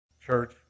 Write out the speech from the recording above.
Church